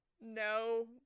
No